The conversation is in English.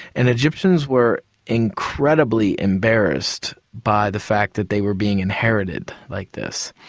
and egyptians were incredibly embarrassed by the fact that they were being inherited like this.